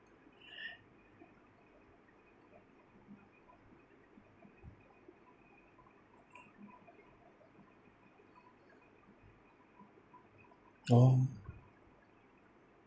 oh